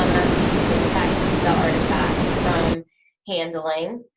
um that's to protect the artefacts from handling.